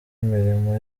imirimo